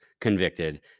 convicted